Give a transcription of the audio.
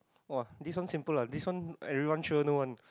!wah! this one simple lah this one everyone sure know [one]